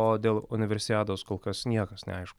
o dėl universiados kol kas niekas neaišku